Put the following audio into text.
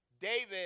David